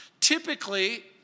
Typically